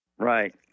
Right